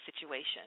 situation